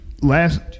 last